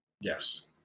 Yes